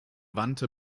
wandte